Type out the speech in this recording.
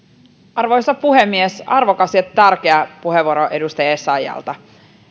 arvoisa puhemies arvokas ja tärkeä puheenvuoro edustaja essayahlta